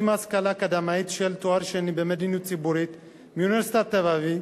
עם השכלה אקדמית של תואר שני במדיניות ציבורית מאוניברסיטת תל-אביב.